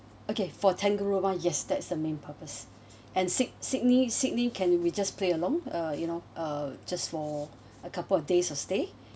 okay for tangalooma yes that's the main purpose and syd~ sydney sydney can we just play along uh you know uh just for a couple of days of stay